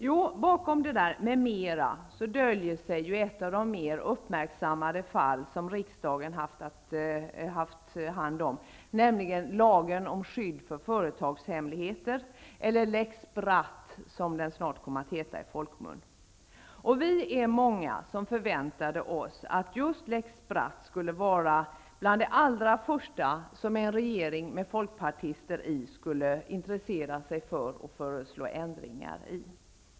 Jo, bakom det där ''m.m.'' döljer sig ett av de mer uppmärksammade ärenden som riksdagen har haft, nämligen lagen om skydd för företagshemligheter, eller lex Bratt, som den snart kom att heta i folkmun. Vi är många som förväntade oss att just lex Bratt skulle vara bland det allra första som en regering med folkpartister i skulle intressera sig för och föreslå ändringar i.